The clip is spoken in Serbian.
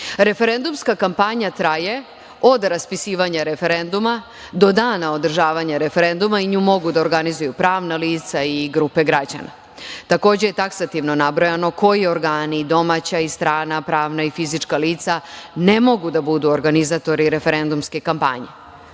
ranije. Referendumska kampanja traje od raspisivanja referenduma do dana održavanja referenduma. Nju mogu da organizuju pravna lica i grupe građana. Takođe je taksativno nabrajano koji organi, domaća i strana, pravna i fizička lica ne mogu da budu organizatori referendumske kampanje.U